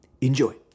Enjoy